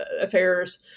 affairs